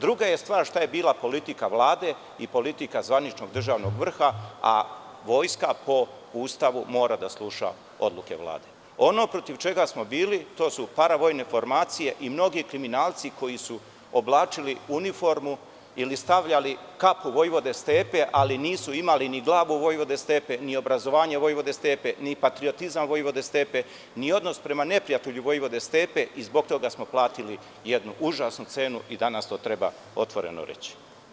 Druga je stvar šta je bila politika Vlade i politika zvaničnog državnog vrha, a vojska po Ustavu mora da sluša odluke Vlade. ono protiv čega smo bili to su para-vojne formacije i mnogi kriminalci koji su oblačili uniformu ili stavljali kapu Vojvode Stepe, ali nisu imali ni glavu Vojvode Stepe, ni obrazovanje Vojvode Stepe, ni patriotizam Vojvode Stepe, ni odnos prema neprijatelju Vojvode Stepe i zbog toga smo platili jednu užasnu cenu i danas to treba otvoreno reći.